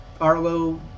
Arlo